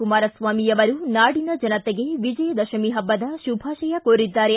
ಕುಮಾರಸ್ವಾಮಿ ಅವರು ನಾಡಿನ ಜನತೆಗೆ ವಿಜಯದಶಮಿ ಹಬ್ಬದ ಶುಭಾಶಯ ಕೋರಿದ್ದಾರೆ